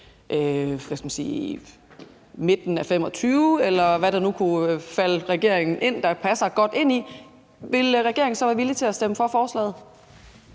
midten af 2025, eller hvad der nu kunne passe regeringen, vil regeringen så være villig til at stemme for forslaget?